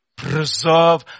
Preserve